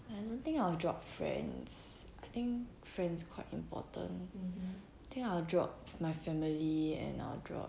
I don't think I'll drop friends I think friends quite important think I'll drop my family and I'll drop